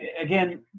again